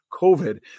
COVID